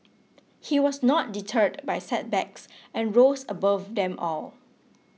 he was not deterred by setbacks and rose above them all